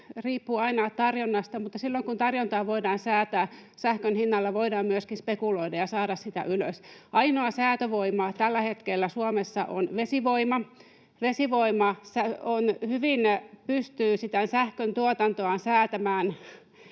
riippuu aina tarjonnasta, mutta silloin, kun tarjontaa voidaan säätää, sähkön hinnalla voidaan myöskin spekuloida ja saada sitä ylös. Ainoa säätövoima tällä hetkellä Suomessa on vesivoima. Vesivoima hyvin pystyy sähköntuotantoaan säätämään